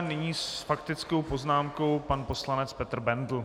Nyní s faktickou poznámkou pan poslanec Petr Bendl.